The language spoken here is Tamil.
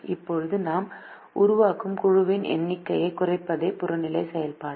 இப்போது நாம் உருவாக்கும் குழுவின் எண்ணிக்கையைக் குறைப்பதே புறநிலை செயல்பாடு